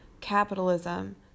capitalism